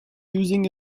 using